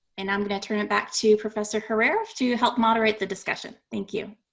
and i'm going to turn it back to professor herrera to help moderate the discussion. thank you.